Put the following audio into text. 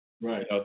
Right